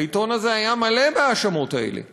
העיתון הזה היה מלא בהאשמות האלה.